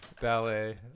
ballet